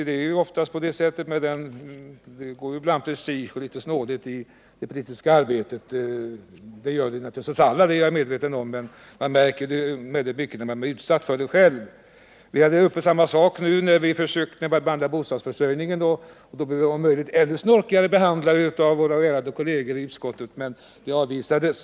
Det är ju oftast på det sättet. Det går ibland prestige och litet snålhet i det politiska arbetet. Det gör det naturligtvis hos alla — det är jag medveten om — men man märker det väldigt mycket när man blir utsatt för det själv. Så skedde även när vi behandlade bostadsförsörjningen, och då blev vi om möjligt ännu snorkigare behandlade av våra ärade kolleger i utskottet, och våra förslag avvisades.